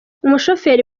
umushoferi